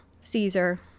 Caesar